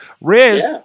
Riz